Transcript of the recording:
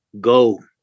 Go